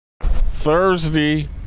Thursday